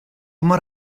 mor